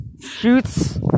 shoots